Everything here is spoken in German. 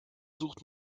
sucht